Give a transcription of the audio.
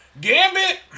Gambit